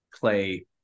play